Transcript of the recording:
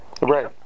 Right